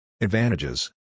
Advantages